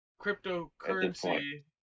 cryptocurrency